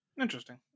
Interesting